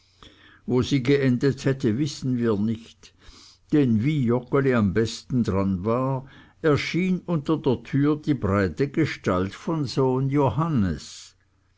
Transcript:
wo sie geendet hätte wissen wir nicht denn wie joggeli am besten daran war erschien unter der türe die breite gestalt von sohn johannes